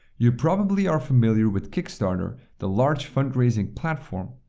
you probably are familiar with kickstarter, the large fundraising platform.